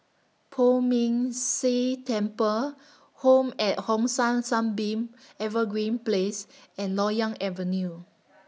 Poh Ming Tse Temple Home At Hong San Sunbeam Evergreen Place and Loyang Avenue